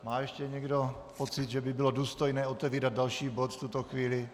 Má ještě někdo pocit, že by bylo důstojné otevírat další bod v tuto chvíli?